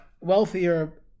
wealthier